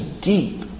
deep